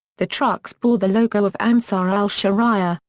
the trucks bore the logo of ansar al-sharia,